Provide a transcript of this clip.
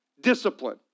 discipline